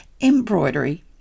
embroidery